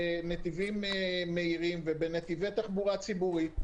בנתיבים מהירים ובנתיבי תחבורה ציבורית.